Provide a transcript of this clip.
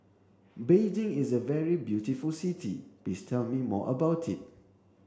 Beijing is a very beautiful city please tell me more about it